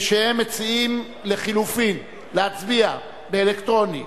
שהם מציעים לחלופין, להצביע באלקטרוני.